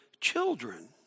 children